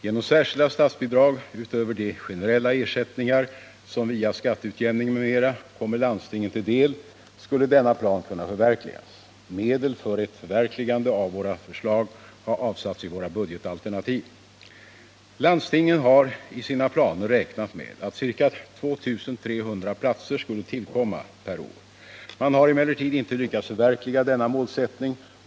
Genom särskilda statsbidrag utöver de generella ersättningar som via skatteutjämning m.m. kommer landstingen till del skulle denna plan kunna förverkligas. Medel för ett förverkligande av våra förslag har avsatts i våra budgetalternativ. Landstingen har i sina planer räknat med att ca 2300 platser skulle tillkomma per år. Man har emellertid inte lyckats förverkliga denna målsättning.